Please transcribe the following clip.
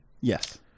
Yes